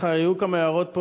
היו כמה הערות פה,